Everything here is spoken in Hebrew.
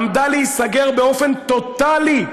עמדה להיסגר באופן טוטלי,